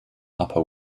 upper